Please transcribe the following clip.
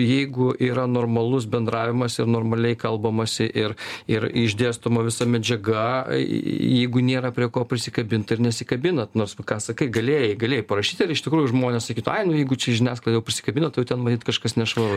jeigu yra normalus bendravimas ir normaliai kalbamasi ir ir išdėstoma visa medžiaga jeigu nėra prie ko prisikabint tai ir nesikabinat nors va ką sakai galėjai galėjai parašyti ir iš tikrųjų žmonės sakytų ai nu jeigu čia žiniasklaida jau prisikabino tai jau ten matyt kažkas nešvaru